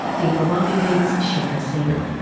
the awami league's sheikh hasina.